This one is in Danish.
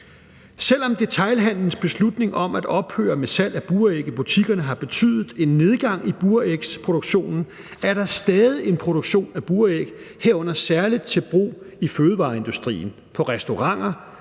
Selv om detailhandelens beslutning om at ophøre med salg af buræg i butikkerne har betydet en nedgang i burægsproduktionen, er der stadig en produktion af buræg, herunder særlig til brug i fødevareindustrien, på restauranter,